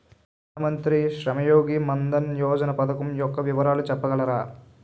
ప్రధాన మంత్రి శ్రమ్ యోగి మన్ధన్ యోజన పథకం యెక్క వివరాలు చెప్పగలరా?